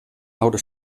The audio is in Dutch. oude